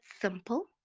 simple